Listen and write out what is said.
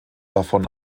davon